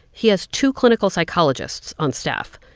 he has two clinical psychologists on staff.